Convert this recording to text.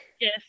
yes